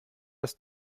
das